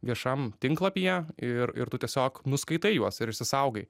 viešam tinklapyje ir ir tu tiesiog nuskaitai juos ir išsisaugai